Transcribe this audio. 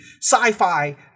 sci-fi